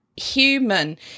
human